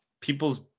people's